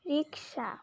rickshaw